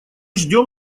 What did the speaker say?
ждем